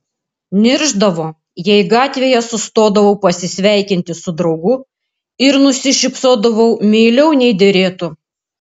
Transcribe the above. niršdavo jei gatvėje sustodavau pasisveikinti su draugu ir nusišypsodavau meiliau nei derėtų